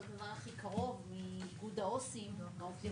יש פה את הדבר הכי קרוב מאיגוד העובדים הסוציאליים.